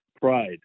pride